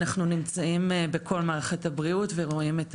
אנחנו נמצאים בכל מערכת הבריאות ורואים את